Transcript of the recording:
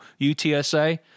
UTSA